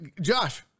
Josh